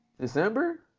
December